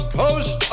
coast